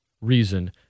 reason